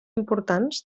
importants